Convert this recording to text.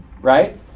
right